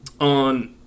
on